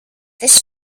this